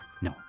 No